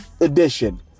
edition